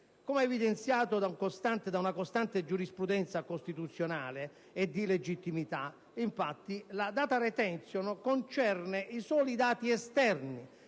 Come evidenziato da una costante giurisprudenza costituzionale e di legittimità, infatti, la *data retention* concerne i soli dati esterni